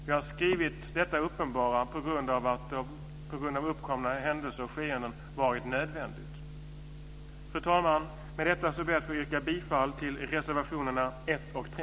Vi har skrivit detta uppenbara eftersom det har varit nödvändigt på grund av uppkomna händelser och skeenden. Fru talman! Med detta ber jag att få yrka bifall till reservationerna 1 och 3.